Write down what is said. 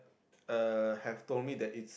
uh have told me that it's